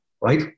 right